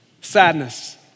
Sadness